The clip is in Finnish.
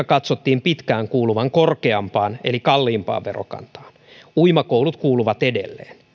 katsottiin pitkään kuuluvan korkeampaan eli kalliimpaan verokantaan uimakoulut kuuluvat edelleen